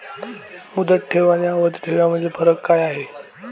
मुदत ठेव आणि आवर्ती ठेव यामधील फरक काय आहे?